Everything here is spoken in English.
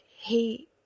He—